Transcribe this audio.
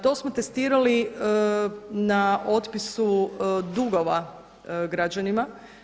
To smo testirali na otpisu dugova građanima.